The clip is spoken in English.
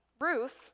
Ruth